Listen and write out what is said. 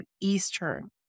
Eastern